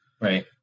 Right